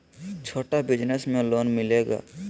छोटा बिजनस में लोन मिलेगा?